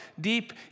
deep